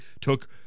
took